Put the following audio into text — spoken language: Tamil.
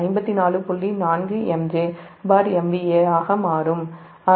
4MJ MVA ஆக மாறும்